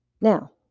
Now